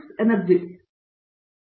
Satyanarayana N Gummadi ನಮ್ಮ ವಿಭಾಗದಲ್ಲಿ ಈಗ